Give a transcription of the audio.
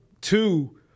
two